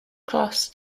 cross